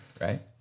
right